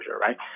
Right